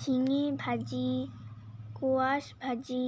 ঝিঙে ভাজি স্কোয়াশ ভাজি